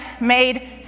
made